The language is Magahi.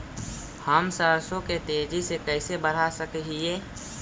हम सरसों के तेजी से कैसे बढ़ा सक हिय?